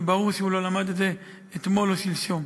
וברור שהוא לא למד את זה אתמול או שלשום.